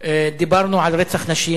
דיברנו על רצח נשים.